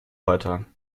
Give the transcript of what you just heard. weiter